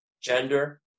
gender